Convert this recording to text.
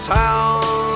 town